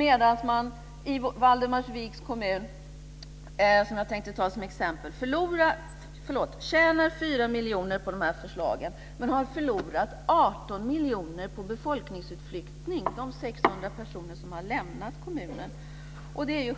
Samtidigt har man förlorat 18 miljoner på befolkningsutflyttning i och med att 600 personer har lämnat kommunen. Det